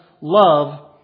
love